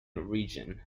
region